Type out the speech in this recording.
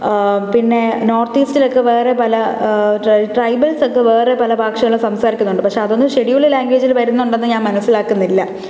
പിന്നെ നോർത്ത് ഈസ്റ്റിലൊക്കെ വേറെ പല ട്രൈബൽസൊക്കെ വേറെ പല ഭാഷകളും സംസാരിക്കുന്നുണ്ട് പക്ഷെ അതൊന്നും ഷെഡ്യൂൾഡ് ലാംഗ്വേജിൽ വരുന്നുണ്ടെന്ന് ഞാൻ മനസ്സിലാക്കുന്നില്ല